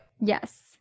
Yes